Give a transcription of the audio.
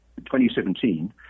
2017